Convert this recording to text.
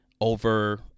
over